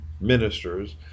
ministers